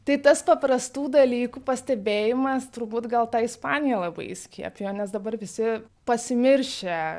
tai tas paprastų dalykų pastebėjimas turbūt gal ta ispanija labai įskiepijo nes dabar visi pasimiršę